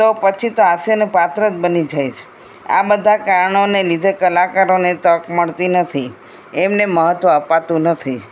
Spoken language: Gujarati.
તો પછી તો હાસ્યનું પાત્ર જ બની જાય છે આ બધા કારણોને લીધે કલાકારોને તક મળતી નથી એમને મહત્વ અપાતું નથી